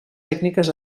tècniques